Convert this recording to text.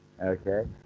Okay